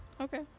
Okay